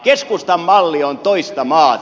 keskustan malli on toista maata